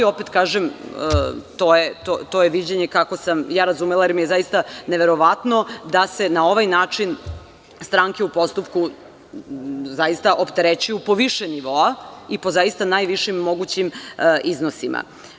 Opet kažem, to je viđenje kako sam razumela jer mi je zaista neverovatno da se na ovaj način stranke u postupku opterećuju po više nivo i po zaista najviše mogućim iznosima.